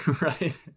Right